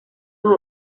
los